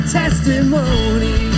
testimony